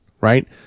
right